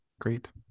great